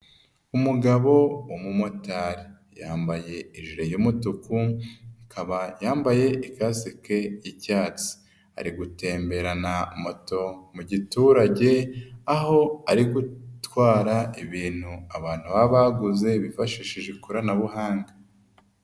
Umugabo w'umumotari, yambaye jire y'umutukuba, yambaye ikaseke y'icyatsi, ari gutemberarana moto mu giturage, aho ari gutwara ibintu abantu baba baguze bifashishije ikoranabuhanga.